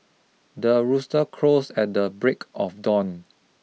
the rooster crows at the break of dawn